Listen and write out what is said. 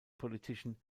politician